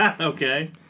Okay